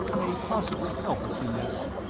may possibly help us in this.